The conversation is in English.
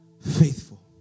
faithful